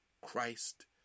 Christ